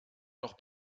noch